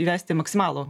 įvesti maksimalų